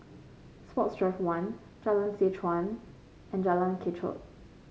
Sports Drive One Jalan Seh Chuan and Jalan Kechot